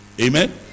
amen